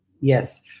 Yes